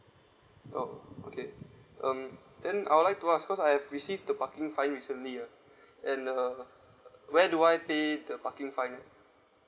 oh okay um then I'll like to ask cause I've received the parking fine recently ah and uh where do I pay the parking fine